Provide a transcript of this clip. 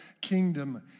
kingdom